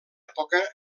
època